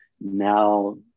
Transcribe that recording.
now